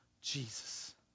Jesus